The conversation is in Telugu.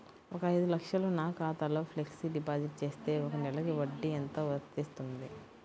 ఒక ఐదు లక్షలు నా ఖాతాలో ఫ్లెక్సీ డిపాజిట్ చేస్తే ఒక నెలకి ఎంత వడ్డీ వర్తిస్తుంది?